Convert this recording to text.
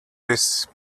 this